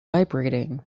vibrating